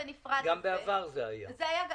גם בעבר זה היה,